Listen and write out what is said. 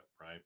right